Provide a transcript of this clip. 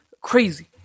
Crazy